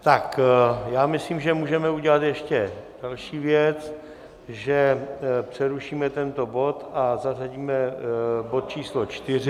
Tak já myslím, že můžeme udělat ještě další věc, že přerušíme tento bod a zařadíme bod číslo 4.